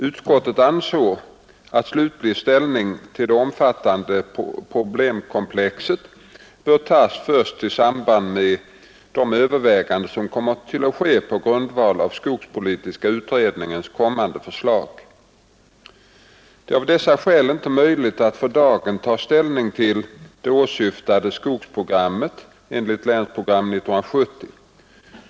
Utskottet ansåg att slutlig ställning till det omfattande problemkomplexet bör tas först i samband med de överväganden som kommer att ske på grundval av skogspolitiska utredningens kommande förslag. Det är av dessa skäl inte möjligt att för dagen ta ställning till det åsyftade skogsprogrammet enligt Länsprogram 1970.